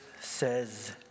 says